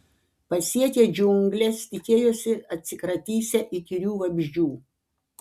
pasiekę džiungles tikėjosi atsikratysią įkyrių vabzdžių